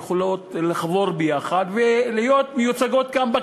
יכולות לחבור יחד ולהיות מיוצגות כאן,